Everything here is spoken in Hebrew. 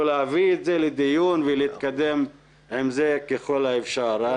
להביא את זה לדיון ולהתקדם עם זה ככל האפשר.